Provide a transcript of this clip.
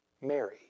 Mary